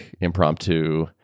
impromptu